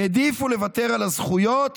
העדיפו לוותר על הזכויות